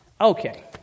Okay